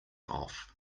off